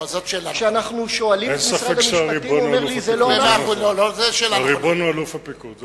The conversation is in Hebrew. אין ספק שהריבון הוא אלוף הפיקוד.